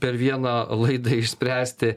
per vieną laidą išspręsti